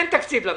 אין תקציב למדינה,